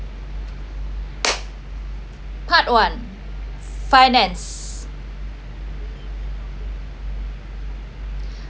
part one finance